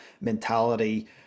mentality